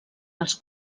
als